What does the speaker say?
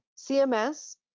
CMS